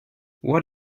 what